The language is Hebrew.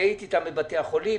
הייתי אתם בבתי החולים,